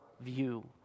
view